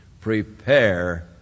Prepare